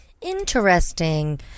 Interesting